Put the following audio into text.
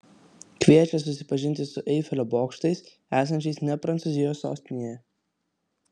kviečia susipažinti su eifelio bokštais esančiais ne prancūzijos sostinėje